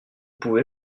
pouvez